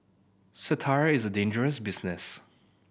satire is dangerous business